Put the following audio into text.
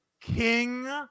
King